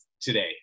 today